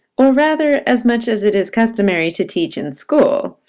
or rather, as much as it is customary to teach in school.